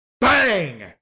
Bang